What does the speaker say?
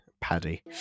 Paddy